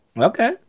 Okay